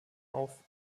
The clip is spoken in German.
auf